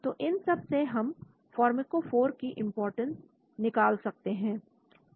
तो इन सब से हम फार्माकोफॉर की के महत्व निकाल सकते हैं